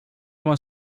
vingt